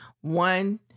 one